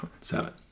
Seven